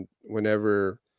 whenever